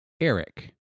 Eric